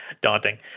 Daunting